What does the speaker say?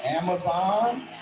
Amazon